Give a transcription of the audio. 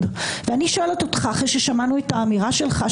ואני שואלת אותך אחרי ששמענו את האמירה שלך,